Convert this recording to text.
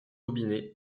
robinet